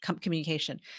communication